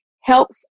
helps